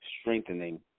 strengthening